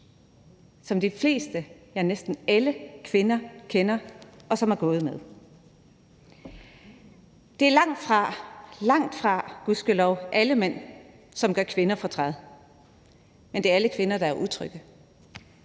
som de fleste, ja, næsten alle kvinder kender og har gået med. Det er langtfra – gudskelov – alle mænd, som gør kvinder fortræd, men det er alle kvinder, der er utrygge,